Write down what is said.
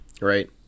right